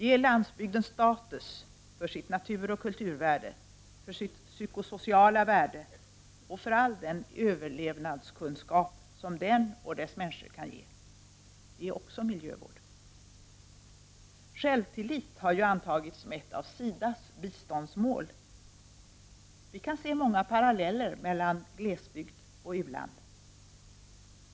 Ge landsbygden status för dess naturoch kulturvärde, för dess psykosociala värde och för all den överlevnadskunskap, som den och dess människor kan ge. Det är också miljövård. Självtillit har ju antagits som ett av SIDA:s biståndsmål. Vi kan se många paralleller mellan glesbygd och u-land.